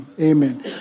Amen